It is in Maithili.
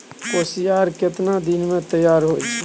कोसियार केतना दिन मे तैयार हौय छै?